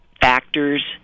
factors